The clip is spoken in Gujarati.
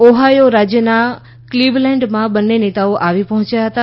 ઓહાયો રાજ્યના ક્લીવલેન્ડમાં બંને નેતાઓ આવી પર્ફોચ્યા હતા